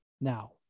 now